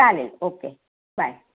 चालेल okay bye